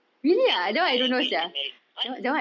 get uh engaged and married [what]